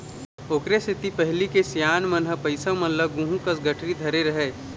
ओखरे सेती पहिली के सियान मन ह पइसा मन ल गुहूँ कस गठरी धरे रहय